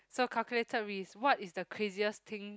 so calculated risk what is the craziest thing